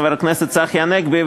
חבר הכנסת צחי הנגבי,